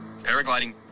paragliding